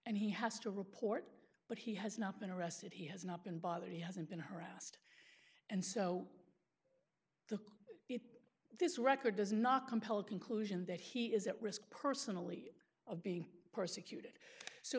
and he has to report but he has not been arrested he has not been bothered he hasn't been harassed and so this record does not compel a conclusion that he is at risk personally of being persecuted so